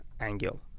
angle